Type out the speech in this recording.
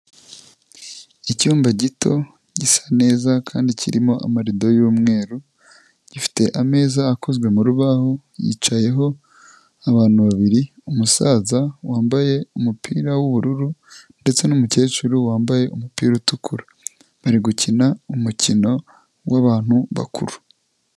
Icyumba gito gisa neza kandi kirimo amarido yumweru, gifite ameza akozwe mu rubaho, yicayeho abantu babiri : umusaza wambaye umupira w'ubururu ndetse n'umukecuru wambaye umupira utukura, bari gukina umukino w'abantu bakuru.